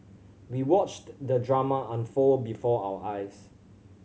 we watched the drama unfold before our eyes